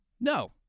No